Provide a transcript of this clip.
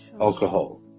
alcohol